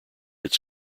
its